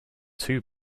two